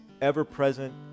ever-present